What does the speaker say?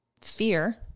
fear